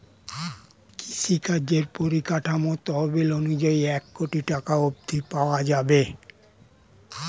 কৃষিকাজের পরিকাঠামো তহবিল অনুযায়ী এক কোটি টাকা অব্ধি পাওয়া যাবে